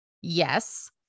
Yes